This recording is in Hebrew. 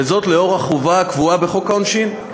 לאור החובה הקבועה בחוק העונשין.